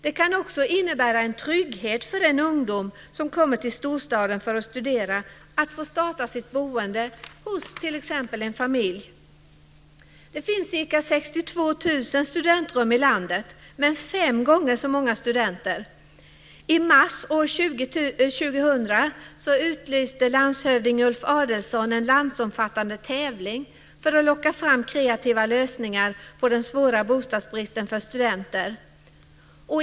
Det kan också innebära en trygghet för en ungdom som kommer till storstaden för att studera att få starta sitt boende hos t.ex. en familj. Det finns ca 62 000 studentrum i landet men fem gånger så många studenter. I mars år 2000 utlyste landshövding Ulf Adelsohn en landsomfattande tävling för att locka fram kreativa lösningar på den svåra bostadsbristen för studenter.